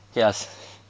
yes